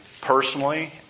personally